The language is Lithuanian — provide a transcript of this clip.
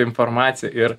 informacija ir